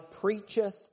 preacheth